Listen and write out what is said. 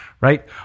right